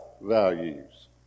values